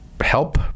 help